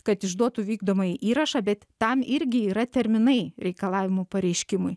kad išduotų vykdomąjį įrašą bet tam irgi yra terminai reikalavimų pareiškimui